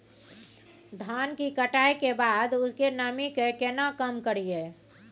धान की कटाई के बाद उसके नमी के केना कम करियै?